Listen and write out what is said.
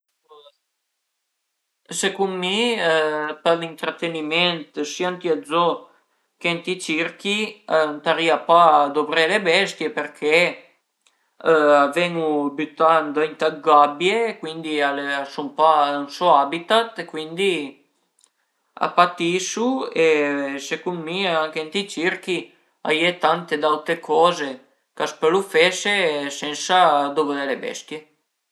Secund mi për l'intrateniment sia ënt i zoo che ënt i circhi ëntarìa pa duvré le bestie përché a ven-u bütà ëndrinta a dë gabie e cuindi a sun pa ën so habitat, cuindi a patisu e secund mi anche ënt i circhi a ie tante d'aute coze ch'a s'pölu fese sensa duvré le bestie